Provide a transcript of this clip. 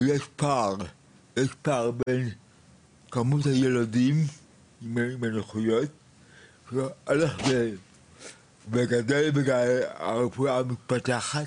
אבל יש פער בין מספר הילדים הנכים שהולך וגדל בגלל הרפואה המתפתחת.